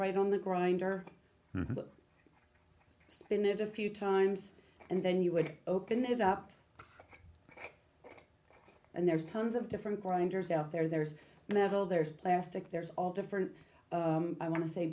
right on the grinder spin it a few times and then you would open it up and there's tons of different grinders out there there's metal there's plastic there's all different i wan